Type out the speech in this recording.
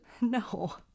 No